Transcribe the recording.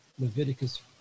Leviticus